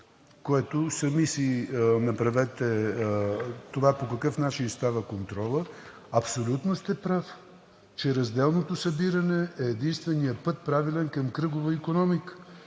което самият си направете извода по какъв начин става контролът. Абсолютно сте прав, че разделното събиране е единственият правилен път към кръгова икономика,